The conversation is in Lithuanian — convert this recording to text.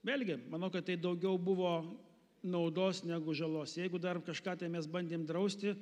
vėlgi manau kad tai daugiau buvo naudos negu žalos jeigu dar kažką tai mes bandėm drausti